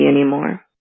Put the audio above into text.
anymore